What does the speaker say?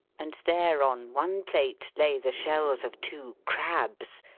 and there, on one plate, lay the shells of two crabs,